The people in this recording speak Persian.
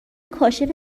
کاشف